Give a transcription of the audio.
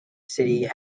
city